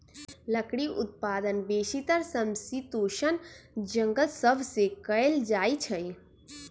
लकड़ी उत्पादन बेसीतर समशीतोष्ण जङगल सभ से कएल जाइ छइ